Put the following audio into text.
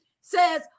says